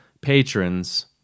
patrons